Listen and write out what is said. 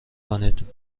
کنید